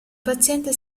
paziente